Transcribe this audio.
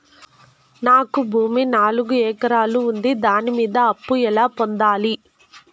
నాకు భూమి నాలుగు ఎకరాలు ఉంది దాని మీద అప్పు ఎలా పొందాలి?